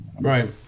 Right